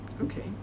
okay